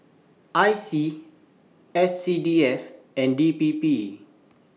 I C S C D F and D P P